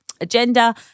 agenda